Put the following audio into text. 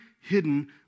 hidden